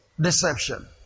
Deception